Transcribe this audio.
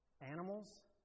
animals